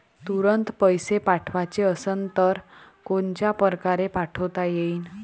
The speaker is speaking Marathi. तुरंत पैसे पाठवाचे असन तर कोनच्या परकारे पाठोता येईन?